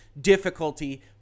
difficulty